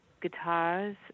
guitars